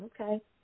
Okay